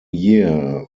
year